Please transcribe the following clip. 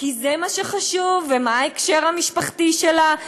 כי זה מה שחשוב, ומה הקשר המשפחתי שלה.